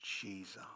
Jesus